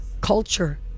culture